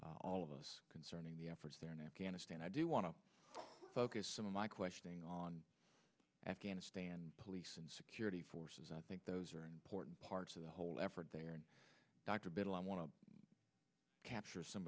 all of us concerning the efforts there in afghanistan i do want to focus some of my questioning on afghanistan police and security forces i think those are important parts of the whole effort there and dr biddle i want to capture some